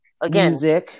again